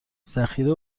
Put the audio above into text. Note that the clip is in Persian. ذخیره